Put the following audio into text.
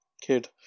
kid